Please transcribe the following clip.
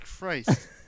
Christ